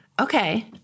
okay